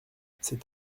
c’est